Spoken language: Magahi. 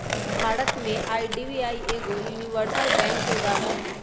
भारत में आई.डी.बी.आई एगो यूनिवर्सल बैंक के उदाहरण हइ